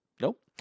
Nope